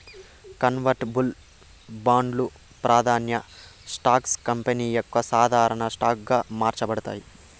convertible బాండ్లు, ప్రాదాన్య stocks company యొక్క సాధారన స్టాక్ గా మార్చబడతాయి